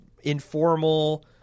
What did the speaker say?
informal